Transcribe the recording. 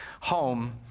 home